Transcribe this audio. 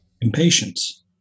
impatience